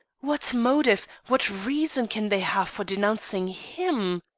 what motive, what reason can they have for denouncing him?